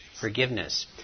forgiveness